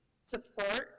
support